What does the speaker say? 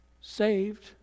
saved